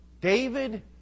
David